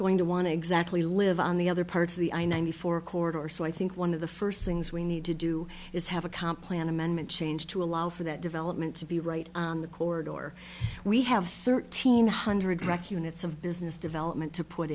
going to want to exactly live on the other parts of the i ninety four corridor or so i think one of the first things we need to do is have a comp land amendment changed to allow for that development to be right in the corridor we have thirteen hundred wreck units of business development to put